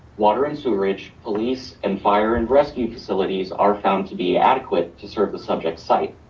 water and sewerage, police and fire and rescue facilities are found to be adequate to serve the subject site.